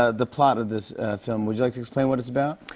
ah the plot of this film. would you like to explain what it's about?